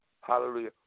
hallelujah